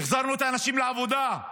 החזרו את האנשים לעבודה.